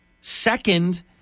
Second